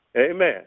Amen